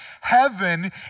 Heaven